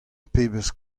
pebezh